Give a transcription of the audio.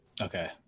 okay